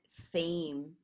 theme